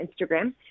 Instagram